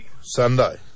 Sunday